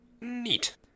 Neat